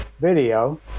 video